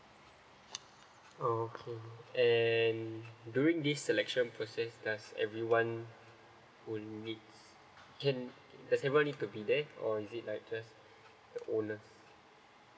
oh okay and during this selection process does everyone who need can does everyone need to be there or is it like just the owners